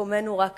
מקומנו רק כאן,